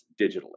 digitally